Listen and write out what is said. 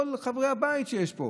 כל חברי הבית שיש פה,